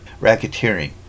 racketeering